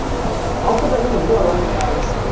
now, ultimately, if you are running ads,